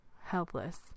helpless